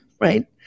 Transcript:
right